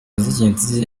z’ingenzi